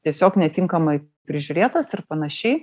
tiesiog netinkamai prižiūrėtas ir panašiai